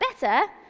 better